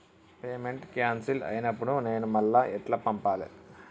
Payment cancel అయినపుడు నేను మళ్ళా ఎట్ల పంపాలే?